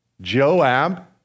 Joab